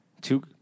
Two